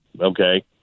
Okay